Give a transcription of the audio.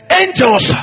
angels